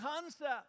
concept